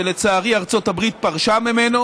שלצערי, ארצות הברית פרשה ממנו,